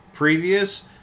Previous